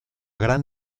gran